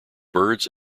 birds